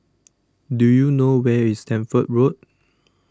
Do YOU know Where IS Stamford Road